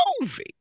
movie